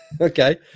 Okay